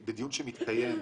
"בדיון שמתקיים,